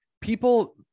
people